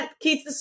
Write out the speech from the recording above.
Keith